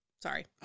Sorry